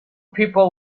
people